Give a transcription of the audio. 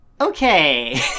Okay